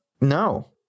no